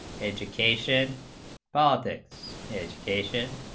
education politics education